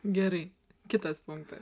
gerai kitas punktas